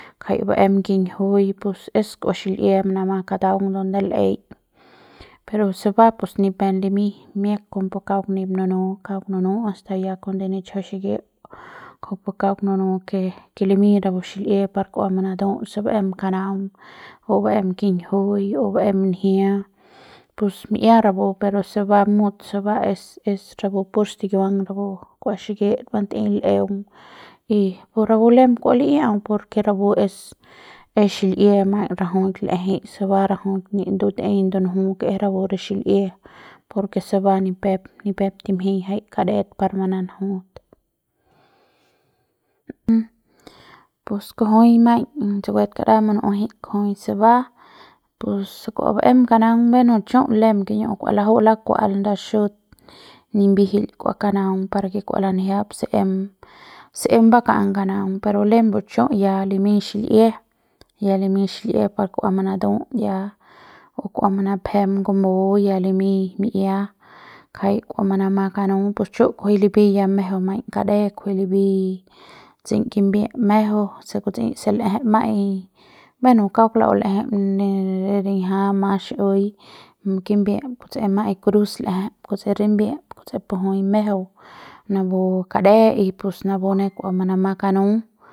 Ngjai baem kinjiu pus es kua xil'ie manama kataung donde l'ei pero se va pues ni pep limiñ miañ pumbu kauk ni nunu kauk nunu hasta ya cuando nichjau xikiuk kujupu kauk nunu ke ke limiñ rapu xil'ie par kua manatu'ut se kua ba'em kanaung o ba'em kunjiuiñ o ba'em njia pus mi'ia rapu pero se ba mut se ba es es pur stikiuang rapu kus riki batei l'eung y pur rapu lem kua li'iau por ke rapu es xil'ie maiñ rajuik l'eje se ba rajui maiñ ndut'ei ndunju ke rapu re xil'ie por ke se ni pep ni pep timji ngjai kadet par mananjut. pos kujui maiñ tsukue kara munu'ueje kujui se ba pus se kua ba'em kanaung bueno chu lem kiñu'u kua laju'u lakua'al nda xut nimbijil kua kanaugn par ke kua lanjiap se em se em bakam kanaung pero lembe chu ya ya limiñ xil'ie ya limiñ xil'e pa kua manatu'ut ya o kua manapjem ngumu ya limiñ mi'ia jai kua manamu kanu pus chu kujui ripi ya mejeu maiñ kade kujui ripi kutsi kimbie'ep mejeu se kutsi se l'eje maiñ bueno la'u l'ejei ne re riñja ma xi'iui kimbiep kutsi ma'aiñ kuruz l'eje kutsi rimbiep kutsi pu jui mejeu napu kade y pus napu ne kua manama kanu.